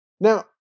Now